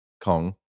Kong